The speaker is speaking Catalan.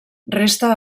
resta